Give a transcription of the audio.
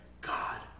God